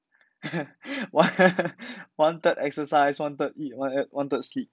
one third exercise one third eat one third sleep